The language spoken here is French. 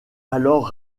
alors